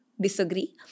disagree